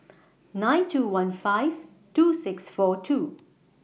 nine two one five two six four two